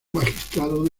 magistrado